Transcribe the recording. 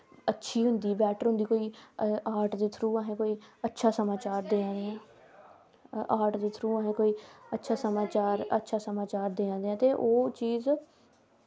अच्छी होंदी बैट्टर होंदी आर्ट दे थ्रू असें अच्छा समाचार देआ दे आं आर्ट दे थ्रू असें कोई अच्छा समाचार आर्ट दे थ्रू असें कोई अच्छा समाचार देआ दे आं ते ओह् चीज़